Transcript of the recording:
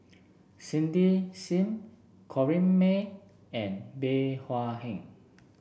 Cindy Sim Corrinne May and Bey Hua Heng